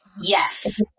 Yes